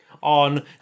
On